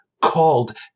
called